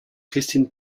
christine